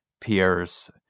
peers